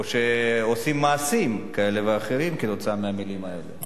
שעושים מעשים כאלה ואחרים כתוצאה מהמלים האלה.